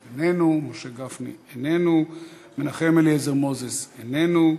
איננו, משה גפני, איננו, מנחם אליעזר מוזס, איננו.